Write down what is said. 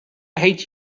hate